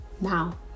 now